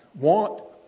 want